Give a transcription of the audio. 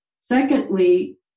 Secondly